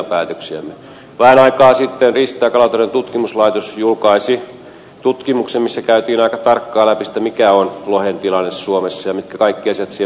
vähän aikaa sitten riista ja kalatalouden tutkimuslaitos julkaisi tutkimuksen missä käytiin aika tarkkaan läpi mikä on lohen tilanne suomessa ja mitkä kaikki asiat siihen vaikuttavat